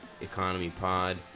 economypod